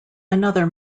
another